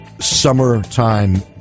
summertime